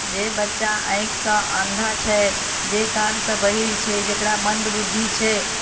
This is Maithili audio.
जे बच्चा आँखिसँ अन्धा छै जे कानसँ बहीर छै जकरा मन्दबुद्धि छै